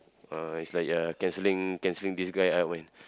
uh it's like ya cancelling cancelling this guy